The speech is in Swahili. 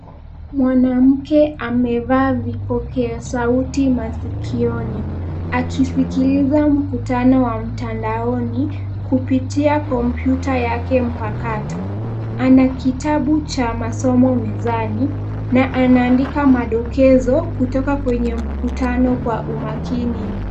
Mwanamke amevaa vipokea sauti masikioni akisikiliza mkutano wa mtandaoni kupitia kompyuta yake mpakato. Ana kitabu cha masomo mezani na anaandika madokezo kutoka kwenye mkutano kwa umakini.